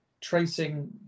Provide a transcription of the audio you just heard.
tracing